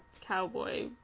Cowboy